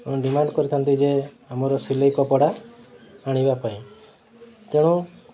demand କରିଥାନ୍ତି ଯେ ଆମର ସିଲେଇ କପଡ଼ା ଆଣିବା ପାଇଁ ତେଣୁ